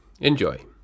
Enjoy